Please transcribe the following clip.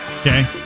Okay